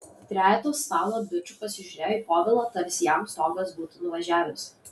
trejetas stalo bičų pasižiūrėjo į povilą tarsi jam stogas būtų nuvažiavęs